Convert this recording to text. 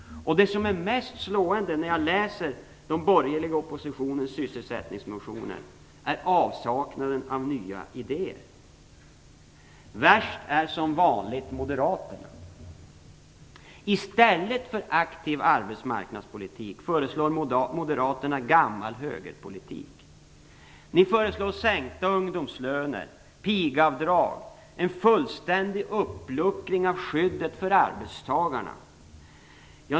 Det som är mest slående när jag läser den borgerliga oppositionens sysselsättningsmotioner är avsaknaden av nya idéer. Väst är som vanligt Moderaterna. I stället för aktiv arbetsmarknadspolitik föreslår Moderaterna gammal högerpolitik. Ni föreslår sänkta ungdomslöner, pigavdrag och en fullständig uppluckring av skyddet för arbetstagarna.